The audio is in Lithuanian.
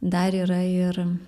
dar yra ir